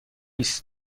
است